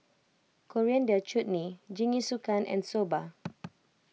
Coriander Chutney Jingisukan and Soba